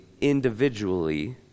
individually